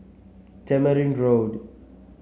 Tamarind Road